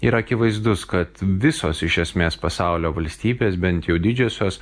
ir akivaizdus kad visos iš esmės pasaulio valstybės bent jau didžiosios